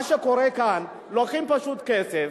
מה שקורה כאן, לוקחים פשוט כסף,